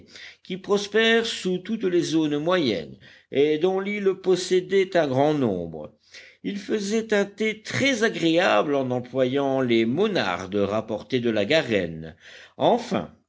qui prospère sous toutes les zones moyennes et dont l'île possédait un grand nombre ils faisaient un thé très agréable en employant les monardes rapportées de la garenne enfin